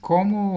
Como